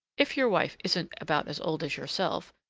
if your wife isn't about as old as yourself,